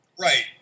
Right